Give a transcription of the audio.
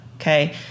Okay